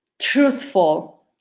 truthful